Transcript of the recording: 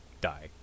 die